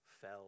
fell